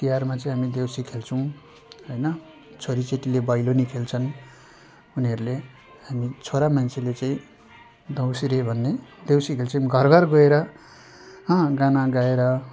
तिहारमा चाहिँ हामी देउसी खेल्छौँ होइन छोरीचेलीले भैलेनी खेल्छन् उनीहरूले हामी छोरा मान्छेले चाहिँ देउसुरे भन्ने देउसी खेल्छौँ घर घर गएर हँ गाना गाएर